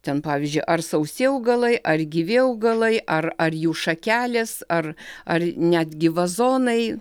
ten pavyzdžiui ar sausi augalai ar gyvi augalai ar ar jų šakelės ar ar netgi vazonai